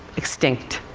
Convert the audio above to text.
extinct.